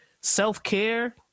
self-care